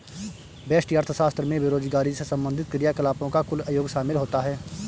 व्यष्टि अर्थशास्त्र में बेरोजगारी से संबंधित क्रियाकलापों का कुल योग शामिल होता है